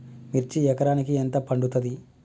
మిర్చి ఎకరానికి ఎంత పండుతది?